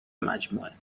مجموعه